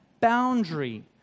boundary